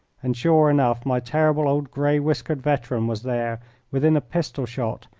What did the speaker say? and sure enough, my terrible old grey-whiskered veteran was there within a pistol-shot,